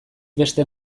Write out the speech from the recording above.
beste